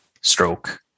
stroke